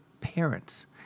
parents